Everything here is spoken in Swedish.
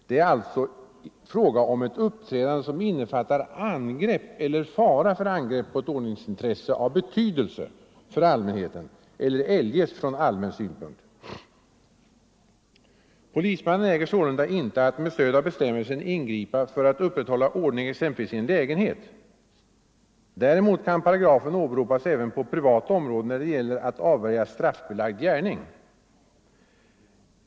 Det är alltså fråga om ett uppträdande som innefattar angrepp eller fara för angrepp på ett ordningsintresse av betydelse för allmänheten eller eljest från allmän synpunkt. Polismannen äger sålunda inte att med stöd av bestämmelsen ingripa för att upprätthålla ordning exempelvis i en lägenhet. Däremot kan paragrafen åberopas även på privat område när det gäller att avvärja straffbelagd gärning.